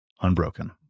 unbroken